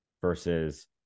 versus